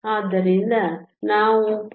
ಆದ್ದರಿಂದ ನಾವು 0